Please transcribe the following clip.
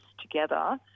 together